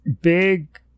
big